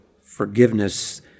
forgiveness